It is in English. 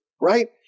right